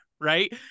right